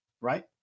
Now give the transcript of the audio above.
right